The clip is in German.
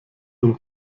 zum